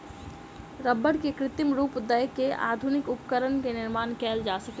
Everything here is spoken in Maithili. रबड़ के कृत्रिम रूप दय के आधुनिक उपकरण के निर्माण कयल जा सकै छै